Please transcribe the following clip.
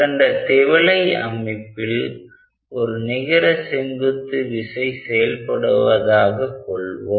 மேற்கண்ட திவலை அமைப்பில் ஒரு நிகர செங்குத்து விசை செயல்படுவதாக கொள்வோம்